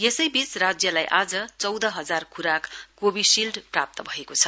यसैबीच राज्यलाई आज चौध हजार खुराक कोविशील्ड प्राप्त भएको छ